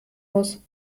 muss